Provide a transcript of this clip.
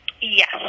Yes